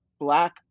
Black